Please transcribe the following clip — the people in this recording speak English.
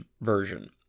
version